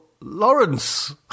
Lawrence